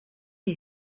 est